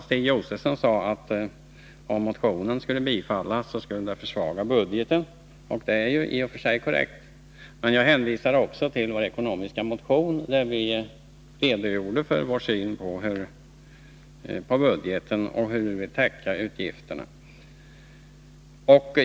Stig Josefson sade att om motionen skulle bifallas så skulle det försvaga budgeten. Det är i och för sig korrekt. Men jag hänvisade också till vår ekonomiska motion, där vi redogör för vår syn på budgeten och för hur vi vill täcka utgifterna.